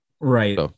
Right